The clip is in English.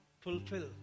fulfill